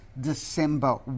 December